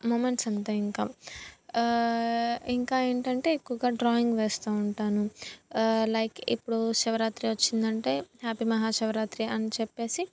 moments అంతే ఇంక ఇంకా ఏంటంటే ఎక్కువగా డ్రాయింగ్ వేస్తాను ఉంటాను లైక్ ఇప్పుడు శివరాత్రి వచ్చిందంటే హ్యాపీ మహా శివరాత్రి అని చెప్పేసి